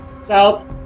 South